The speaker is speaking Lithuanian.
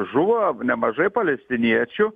žuvo nemažai palestiniečių